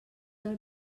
del